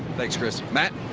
thanks, chris. matt.